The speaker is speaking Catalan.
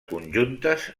conjuntes